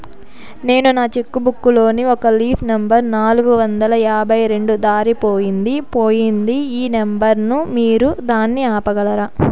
నేను నా cheque book లోని ఒక లీఫ్ నెంబర్ నాలుగు వందల యాభై రెండు దారిపొయింది పోయింది ఈ నెంబర్ ను మీరు దాన్ని ఆపగలరా?